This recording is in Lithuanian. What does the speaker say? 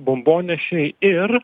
bombonešiai ir